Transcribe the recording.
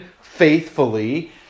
faithfully